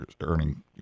earning